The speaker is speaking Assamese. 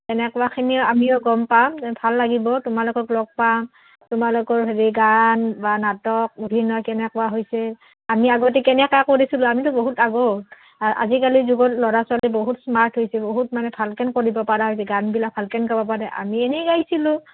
তেনেকুৱাখিনিও আমিও গম পাম ভাল লাগিব তোমালোকক লগ পাম তোমালোকৰ হেৰি গান বা নাটক অভিনয় কেনেকুৱা হৈছে আমি আগতে কেনেকৈ কৰিছিলোঁ আমিতো বহুত আগৰ আজিকালিৰ যুগত ল'ৰা ছোৱালী বহুত স্মাৰ্ট হৈছে বহুত মানে ভালকৈ কৰিব পাৰা যে গানবিলাক ভালকৈ গাব পাৰে আমি এনেই গাইছিলোঁ